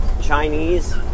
Chinese